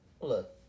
Look